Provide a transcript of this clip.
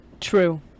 True